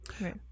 Right